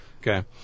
Okay